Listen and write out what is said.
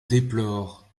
déplore